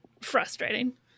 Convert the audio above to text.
frustrating